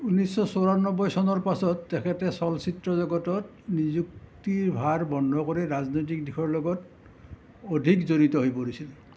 উনৈছশ চৌৰান্নব্বৈ চনৰ পাছত তেখেতে চলচ্চিত্ৰ জগতত নিযুক্তিভাৰ বন্ধ কৰি ৰাজনৈতিক দিশৰ লগত অধিক জড়িত হৈ পৰিছিল